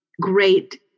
great